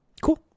cool